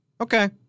okay